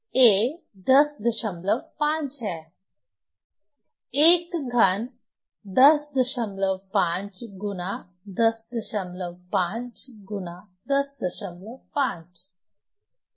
a 105 है एक घन 105 गुना 105 गुना 105